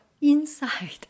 inside